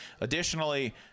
Additionally